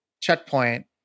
checkpoint